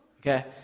Okay